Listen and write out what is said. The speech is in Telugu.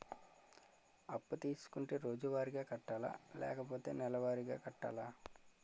అప్పు తీసుకుంటే రోజువారిగా కట్టాలా? లేకపోతే నెలవారీగా కట్టాలా?